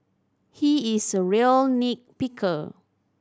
he is a real nit picker